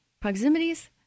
proximities